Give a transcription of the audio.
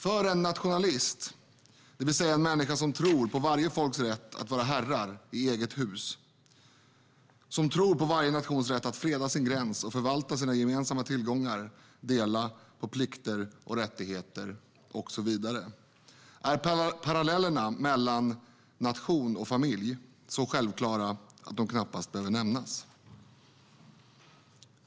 För en nationalist, det vill säga en människa som tror på varje folks rätt att vara herre i sitt eget hus, som tror på varje nations rätt att freda sin gräns och förvalta sina gemensamma tillgångar, dela plikter och rättigheter och så vidare, är parallellerna mellan nation och familj så självklara att de knappast behöver nämnas.